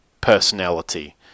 personality